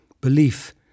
Belief